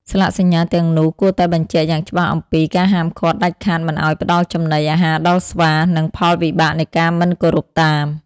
ស្លាកសញ្ញាទាំងនោះគួរតែបញ្ជាក់យ៉ាងច្បាស់អំពី ការហាមឃាត់ដាច់ខាតមិនឱ្យផ្តល់ចំណីអាហារដល់ស្វា និងផលវិបាកនៃការមិនគោរពតាម។